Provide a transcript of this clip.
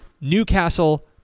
Newcastle